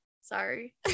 Sorry